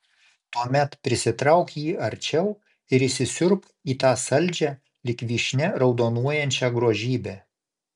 tuomet prisitrauk jį arčiau ir įsisiurbk į tą saldžią lyg vyšnia raudonuojančią grožybę